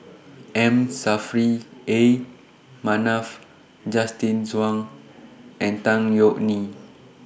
M Saffri A Manaf Justin Zhuang and Tan Yeok Nee